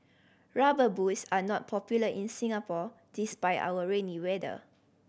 Rubber Boots are not popular in Singapore despite our rainy weather